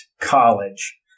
college